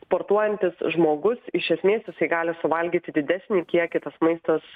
sportuojantis žmogus iš esmės jisai gali suvalgyti didesnį kiekį tas maistas